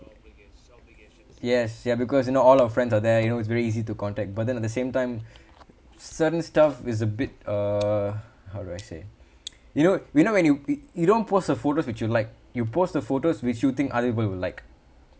yes ya because you know all our friends are there you know it's very easy to contact but then at the same time certain stuff is a bit uh how do I say you know you know when you you don't post a photos which you like you post the photos which you think other people will like